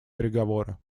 переговоры